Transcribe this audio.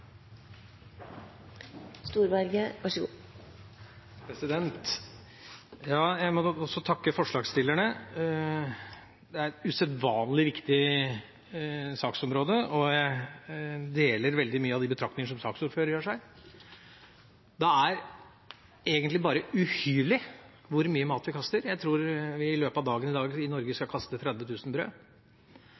må også takke forslagsstillerne. Det er et usedvanlig viktig saksområde, og jeg deler veldig mye av de betraktningene saksordføreren gjør seg. Det er egentlig uhyrlig hvor mye mat vi kaster. Jeg tror vi i løpet av dagen i dag i Norge skal kaste 30 000 brød.